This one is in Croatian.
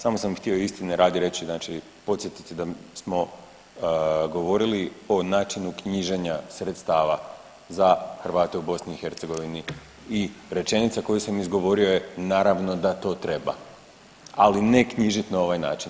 Samo sam htio istine radi reći, znači podsjetiti da smo govorili o načinu knjiženja sredstava za Hrvate u BiH i rečenica koju sam izgovorio je naravno da to treba, ali ne knjižiti na ovaj način.